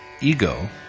ego